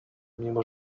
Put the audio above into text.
mimo